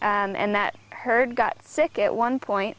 and that herd got sick at one point